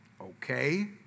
okay